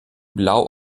blau